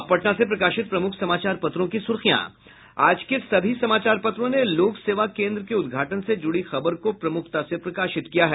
अब पटना से प्रकाशित प्रमुख समाचार पत्रों की सुर्खियां आज के सभी समाचार पत्रों ने लोक सेवा केंद्र के उद्घाटन से जुड़ी खबर को प्रमुखता से प्रकाशित किया है